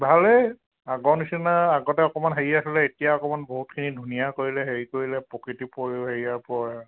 ভালেই আগৰ নিচিনা আগতে অকণমান হেৰি আছিলে এতিয়া অকণমান বহুতখিনি ধুনীয়া কৰিলে হেৰি কৰিলে প্ৰকৃতি পৰিও হেৰিয়াৰ পৰা